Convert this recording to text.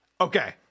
Okay